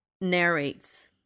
narrates